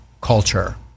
culture